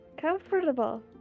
comfortable